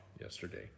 yesterday